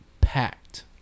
packed